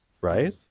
right